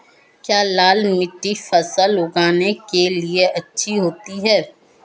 क्या लाल मिट्टी फसल उगाने के लिए अच्छी होती है?